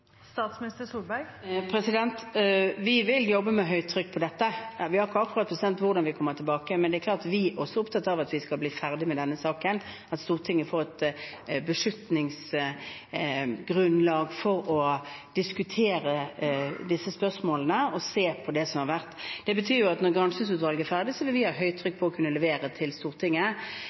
Vi vil jobbe med høytrykk på dette. Vi har ikke akkurat bestemt hvordan vi kommer tilbake, men det er klart at vi er også opptatt av at vi skal bli ferdig med denne saken, at Stortinget får et beslutningsgrunnlag for å diskutere disse spørsmålene og se på det som har vært. Det betyr at når granskingsutvalget er ferdig, vil vi ha høytrykk på å kunne levere til Stortinget.